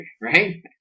right